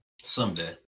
Someday